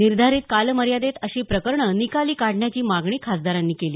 निर्धारित कालमर्यादेत अशी प्रकरणं निकाली काढण्याची मागणी खासदारांनी केली